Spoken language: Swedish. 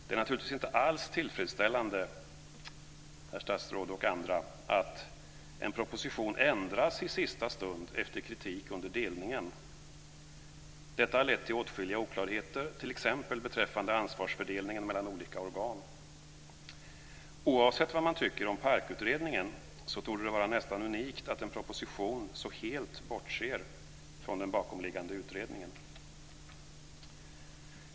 Det är naturligtvis inte alls tillfredsställande, herr statsråd och andra, att en proposition ändras i sista stund efter kritik under delningen. Detta har lett till åtskilliga oklarheter, t.ex. beträffande ansvarsfördelningen mellan olika organ. Oavsett vad man tycker om PARK-utredningen torde det vara nästan unikt att en proposition så helt bortser från den bakomliggande utredningen.